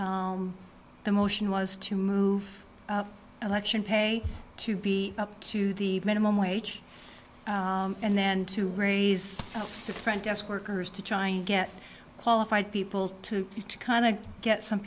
the motion was to move election pay to be up to the minimum wage and then to raise the front desk workers to try and get qualified people to kind of get some